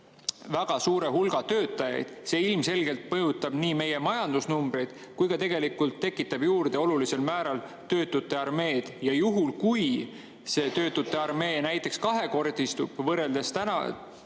väga suure hulga töötajaid, ilmselgelt mõjutab nii meie majandusnumbreid kui ka tekitab juurde olulisel määral töötute armeed. Juhul kui see töötute armee näiteks kahekordistub, võrreldes tänase